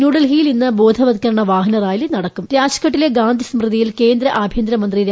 ന്യൂഡൽഹിയിൽ ഇന്ന് ബോധവത്കരണ വാഹന റാലി രാജ്ഘട്ടിലെ ഗാന്ധി സ്മൃതിയിൽ കേന്ദ്ര ആഭ്യന്തര മന്ത്രി നടക്കും